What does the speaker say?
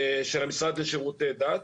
של המשרד לשירותי דת.